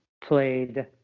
played